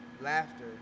laughter